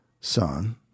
son